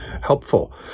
helpful